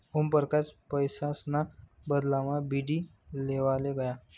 ओमपरकास पैसासना बदलामा बीडी लेवाले गया